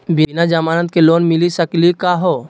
बिना जमानत के लोन मिली सकली का हो?